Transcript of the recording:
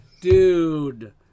dude